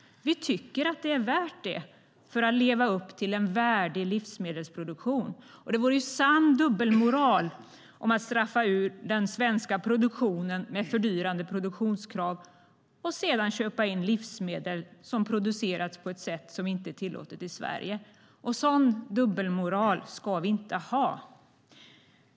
Vi tycker att det är värt det för att leva upp till en värdig livsmedelsproduktion. Det vore sann dubbelmoral att straffa ut den svenska produktionen med fördyrande produktionskrav och sedan köpa in livsmedel som producerats på ett sätt som inte är tillåtet i Sverige. Sådan dubbelmoral ska vi inte ha.